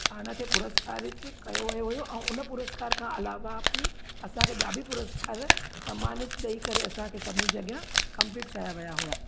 पाण खे पुरस्कारित कयो वियो हुयो ऐं हुन पुरस्कार खां अलावा बि असांखे ॿिया बि पुरस्कार समानित ॾेई करे असांखे सभिनी खे अॻियां कम्प्लीट कया विया हुआ